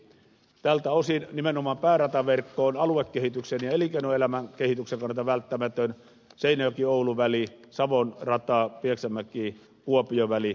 tältä osin nimenomaan päärataverkko on aluekehityksen ja elinkeinoelämän kehityksen kannalta välttämätön seinäjokioulu väli savon rata pieksämäkikuopio väli